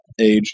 age